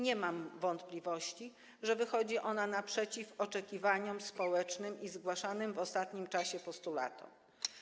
Nie mam wątpliwości, że wychodzi ona naprzeciw oczekiwaniom społecznym i zgłaszanym w ostatnim czasie postulatom.